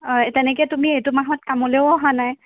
অঁ তেনেকৈ তুমি এইটো মাহত কামলেও অহা নাই